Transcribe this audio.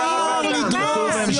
הדיון נגמר.